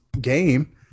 game